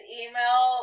email